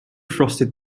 frosted